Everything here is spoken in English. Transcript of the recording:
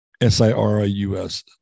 S-I-R-I-U-S